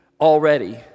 already